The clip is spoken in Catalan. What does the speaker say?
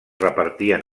repartien